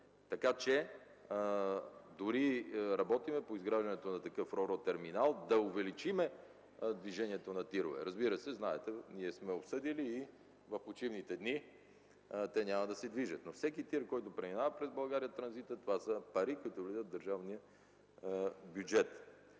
пари. Дори работим по изграждането на такъв ро-ро терминал – да увеличим движението на ТИР-ове. Разбира се, знаете, ние сме обсъдили и в почивните дни те няма да се движат, но всеки ТИР, който преминава през България транзитно, това са пари, които влизат в държавния бюджет.